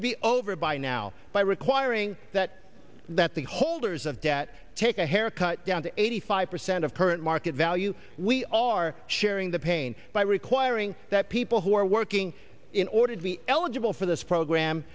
would be over by now by requiring that that the holders of debt take a haircut down to eighty five percent of current market value we are sharing the pain by requiring that people who are working in order to be eligible for this program